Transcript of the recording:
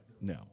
No